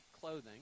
clothing